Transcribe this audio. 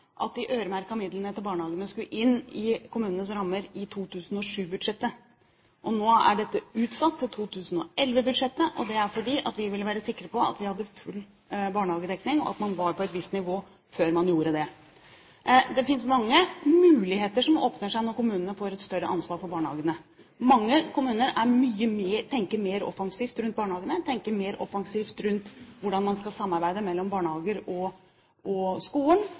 at de øremerkede midlene til barnehagene skulle inn i kommunenes rammer i 2007-budsjettet. Nå er dette utsatt til 2011-budsjettet, og det er fordi at vi ville være sikre på at vi hadde full barnehagedekning, og at man var på et visst nivå før man gjorde det. Det finnes mange muligheter som åpner seg når kommunene får et større ansvar for barnehagene. Mange kommuner tenker mer offensivt rundt barnehagene, tenker mer offensivt rundt hvordan man skal samarbeide mellom barnehager og skolen, og